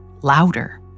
louder